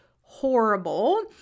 horrible